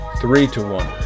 three-to-one